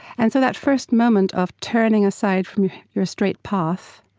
and so that first moment of turning aside from your straight path,